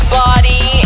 body